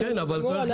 בסדר גמור.